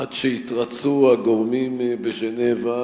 עד שיתרצו הגורמים בז'נבה,